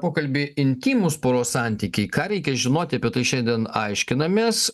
pokalbį intymūs poros santykiai ką reikia žinoti apie tai šiandien aiškinamės